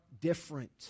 different